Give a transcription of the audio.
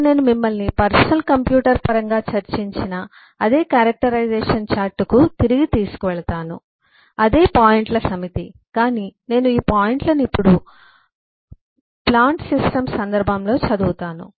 ఇప్పుడు నేను మిమ్మల్ని పర్సనల్ కంప్యూటర్ పరంగా చర్చించిన అదే క్యారెక్టరైజేషన్ చార్టుకు తిరిగి తీసుకువెళతాను అదే పాయింట్ల సమితి కాని నేను ఈ పాయింట్లను ఇప్పుడు ప్లాంట్ సిస్టమ్ సందర్భంలో చదువుతాను